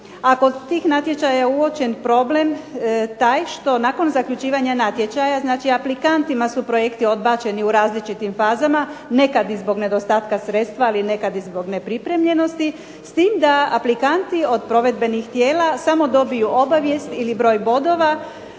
a kod tih natječaja je uočen problem taj što nakon zaključivanja natječaja, znači aplikantima su projekti odbačeni u različitim fazama, nekad i zbog nedostatka sredstva, ali nekad i zbog nepripremljenosti, s tim da aplikanti od provedbenih tijela samo dobiju obavijest ili broj bodova